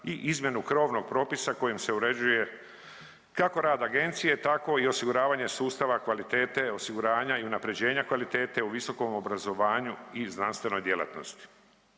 i izmjenu krovnog propisa kojim se uređuje kako rad agencije tako i osiguravanje sustava kvalitete osiguranja i unaprjeđenja kvalitete u visokom obrazovanju i znanstvenoj djelatnosti.